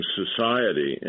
society